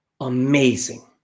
amazing